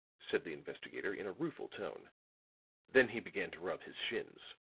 said the investigator in a rueful tone then he began to rub his shins.